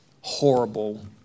horrible